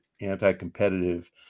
anti-competitive